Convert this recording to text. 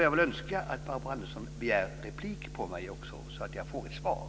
Jag skulle önska att Barbro Andersson Öhrn ville begära replik på detta, så att jag får ett svar.